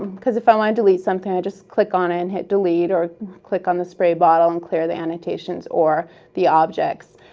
because if i want to delete something, i just click on it and hit delete or click on the spray bottle and clear the annotations or the objects.